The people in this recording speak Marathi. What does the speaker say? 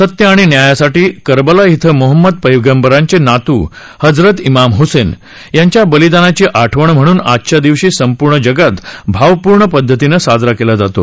सत्य आणि न्यायासाठी करबला इथं मोहम्मद पैगंबरांचे नातू हजरत इमाम हसेन यांच्या बलिदानाची आठवण म्हणून आजच्या दिवशी संपूर्ण जगात भावपूर्ण पद्धतीनं साजरा केला जातो